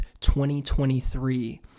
2023